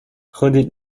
خودت